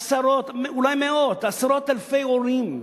עשרות, אולי מאות, עשרות אלפי הורים,